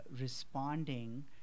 responding